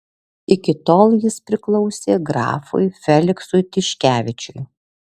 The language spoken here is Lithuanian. iki tol jis priklausė grafui feliksui tiškevičiui